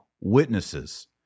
witnesses